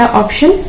option